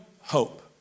hope